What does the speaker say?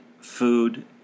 food